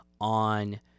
on